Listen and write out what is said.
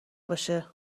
باشه